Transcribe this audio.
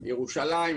ירושלים,